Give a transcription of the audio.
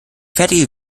fertige